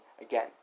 again